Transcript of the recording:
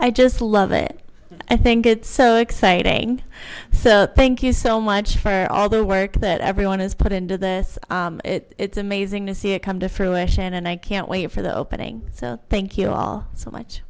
i just love it i think it's so exciting so thank you so much for all the work that everyone has put into this it's amazing to see it come to fruition and i can't wait for the opening so thank you all so much